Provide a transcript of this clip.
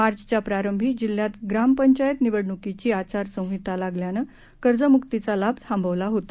मार्चच्या प्रारंभी जिल्ह्यात ग्रामपंचायत निवडणुकीची आचारसंहिता लागल्याने कर्जम्क्तीचा लाभ थांबवला होता